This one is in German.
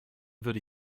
würde